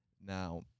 Now